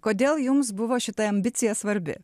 kodėl jums buvo šita ambicija svarbi